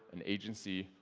an agency,